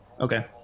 Okay